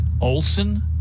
Olson